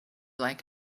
like